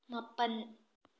ꯃꯥꯄꯜ